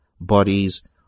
bodies